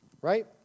Right